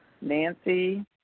Nancy